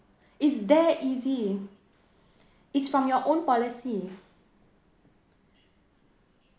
it's that easy it's from your own policy